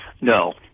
No